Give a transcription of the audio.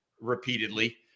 repeatedly